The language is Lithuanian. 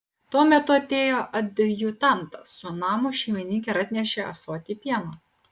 tuo metu atėjo adjutantas su namo šeimininke ir atnešė ąsotį pieno